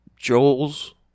Joel's